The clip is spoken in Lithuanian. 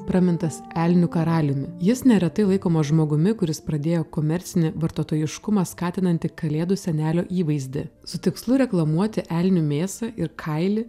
pramintas elnių karaliumi jis neretai laikomas žmogumi kuris pradėjo komercinį vartotojiškumą skatinantį kalėdų senelio įvaizdį su tikslu reklamuoti elnių mėsą ir kailį